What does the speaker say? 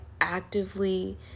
actively